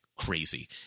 crazy